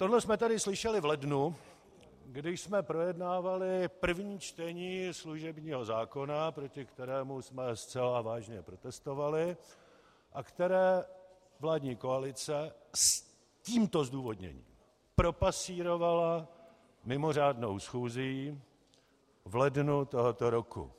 Tohle jsme tady slyšeli v lednu, když jsme projednávali první čtení služebního zákona, proti kterému jsme zcela vážně protestovali a které vládní koalice s tímto zdůvodněním propasírovala mimořádnou schůzí v lednu tohoto roku.